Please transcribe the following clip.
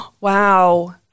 Wow